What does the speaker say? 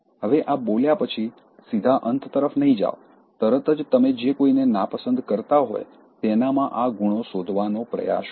હવે આ બોલ્યા પછી સીધા અંત તરફ નહીં જાવ તરત જ તમે જે કોઈને નાપસંદ કરતાં હોય તેનામાં આ ગુણો શોધવાનો પ્રયાસ કરો